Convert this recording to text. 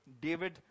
David